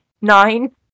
nine